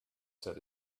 said